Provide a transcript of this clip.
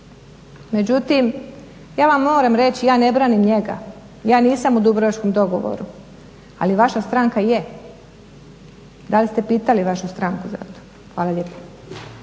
Međutim, ja vam moram reći, ja ne branim njega, ja nisam u dubrovačkom dogovoru ali vaša stranka je. Da li ste pitali vašu stranku za to? Hvala lijepa.